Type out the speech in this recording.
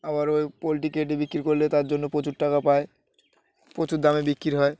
আবার ওই পোলট্রি কেটে বিক্রি করলে তার জন্য প্রচুর টাকা পায় প্রচুর দামে বিক্রি হয়